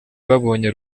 babonye